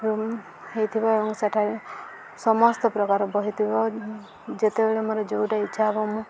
room ହୋଇଥିବ ଏବଂ ସେଠାରେ ସମସ୍ତ ପ୍ରକାର ବହି ଥିବ ଯେତେବେଳେ ମୋର ଯେଉଁଟା ଇଚ୍ଛା ହେବ ମୁଁ